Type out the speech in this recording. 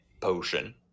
potion